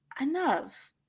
enough